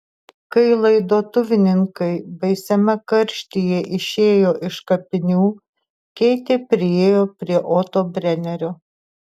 kai laidotuvininkai baisiame karštyje išėjo iš kapinių keitė priėjo prie oto brenerio